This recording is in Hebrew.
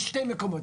ישנם שני מקומות,